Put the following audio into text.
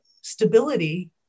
stability